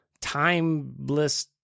timeless